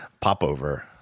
popover